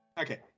Okay